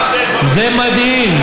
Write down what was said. זה מדהים.